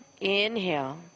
Inhale